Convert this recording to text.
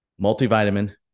multivitamin